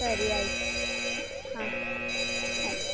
ಸರಿ ಆಯಿತು ಹಾಂ ಆಯಿತು